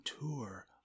tour